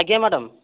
ଆଜ୍ଞା ମ୍ୟାଡ଼ାମ୍